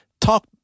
talk